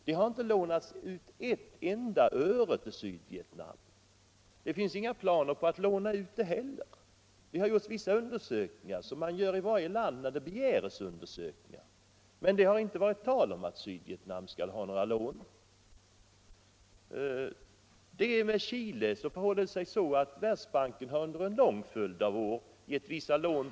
Det har inte lånats ut ett enda öre till Sydvietnam, och det finns heller inga planer på att låna ut pengar. Det har gjorts vissa undersökningar, men det har inte varit tal om att Sydvietnam skall ha några lån. Med Chile förhåller det sig så att Världsbanken under en lång följd av år har gett vissa lån.